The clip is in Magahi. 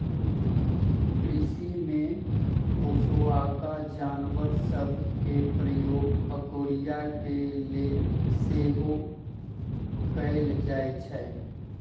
कृषि में पोशौआका जानवर सभ के प्रयोग अगोरिया के लेल सेहो कएल जाइ छइ